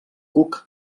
cuc